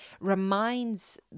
reminds